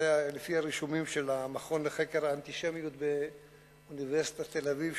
לפי הרישומים של המכון לחקר האנטישמיות באוניברסיטת תל-אביב,